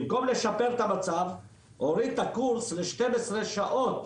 במקום לשפר את המצב, הורידו את הקורס ל-12 שעות,